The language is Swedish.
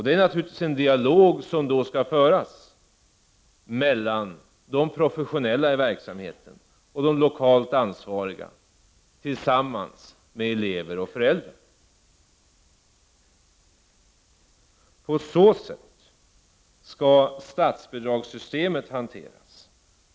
Det är naturligtvis en dialog som skall föras mellan de professionella i verksamheten och de lokalt ansvariga tillsammans med elever och föräldrar. På så sätt skall statsbidragssystemet hanteras.